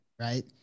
right